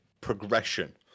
progression